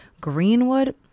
Greenwood